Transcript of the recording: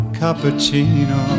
cappuccino